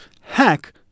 hack